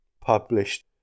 published